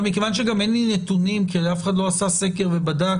מכיוון שגם אין לי נתונים כי אף אחד לא עשה סקר ובדק